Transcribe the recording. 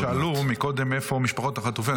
קודם שאלו איפה משפחות החטופים,